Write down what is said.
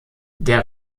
der